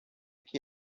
que